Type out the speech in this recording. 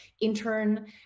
intern